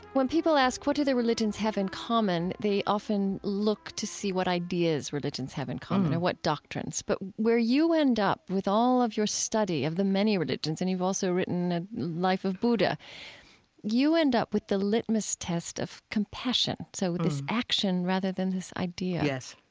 when people ask, what do the religions have in common? they often look to see what ideas religions have in common, or what doctrines. but where you end up with all of your study of the many religions and you've also written a life of buddha you end up with the litmus test of compassion. so this action rather than this idea yes.